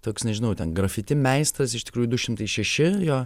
toks nežinau ten grafiti meistras iš tikrųjų du šimtai šeši jo